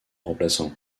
remplaçant